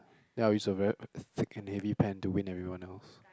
ya it's a very thick and heavy pen to win everyone else